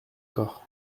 corps